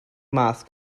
math